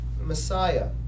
Messiah